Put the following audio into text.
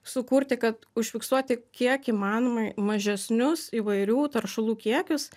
sukurti kad užfiksuoti kiek įmanomai mažesnius įvairių taršalų kiekius